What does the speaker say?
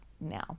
now